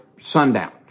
sundown